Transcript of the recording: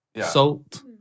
Salt